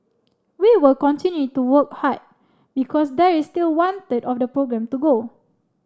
we will continue to work hard because there is still one third of the programme to go